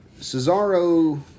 Cesaro